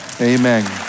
amen